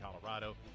Colorado